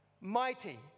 Mighty